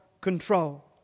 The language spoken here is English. control